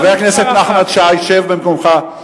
חבר הכנסת נחמן שי, שב במקומך.